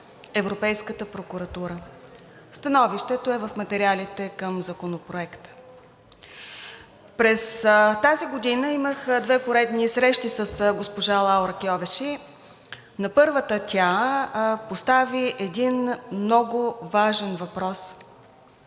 Европейската прокуратура. Становището е в материалите към Законопроекта. През тази година имах две поредни срещи с госпожа Лаура Кьовеши. На първата тя постави един много важен въпрос: